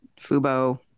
Fubo